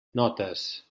notes